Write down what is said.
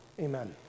Amen